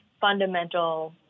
fundamental